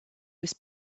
was